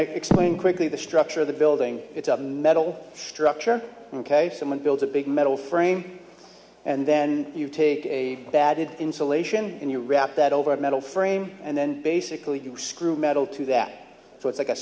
to explain quickly the structure of the building it's a metal structure in case someone builds a big metal frame and then you take a bad insulation and you wrap that over a metal frame and then basically you screw metal to that so it's like a